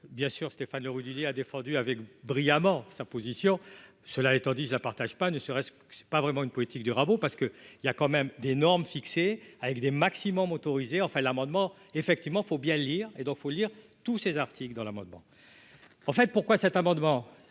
bien sûr Stéphane Le Rudulier a défendu avec brillamment sa position. Cela étant dit, la partage pas, ne serait-ce pas vraiment une politique du rabot parce que il y a quand même des normes fixées avec des maximums autorisés enfin l'amendement effectivement faut bien lire et donc il faut lire tous ces articles dans l'amendement. En fait pourquoi cet amendement.